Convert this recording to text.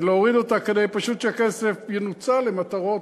להוריד אותה כדי שהכסף פשוט ינוצל למטרות,